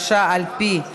הראיות (דרישת הסיוע להרשעה על פי הודיה),